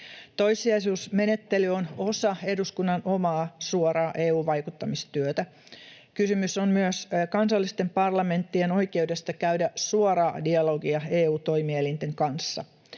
Toissijaisuusmenettely on osa eduskunnan omaa suoraa EU-vaikuttamistyötä. Kysymys on myös kansallisten parlamenttien oikeudesta käydä suoraa dialogia EU-toimielinten kanssa.